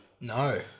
No